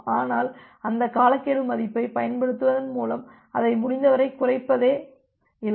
ஆனால் அந்த காலக்கெடு மதிப்பைப் பயன்படுத்துவதன் மூலம் அதை முடிந்தவரை குறைப்பதே இலக்கு